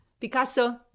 Picasso